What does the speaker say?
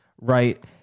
right